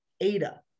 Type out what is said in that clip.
ADA